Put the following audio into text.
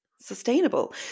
sustainable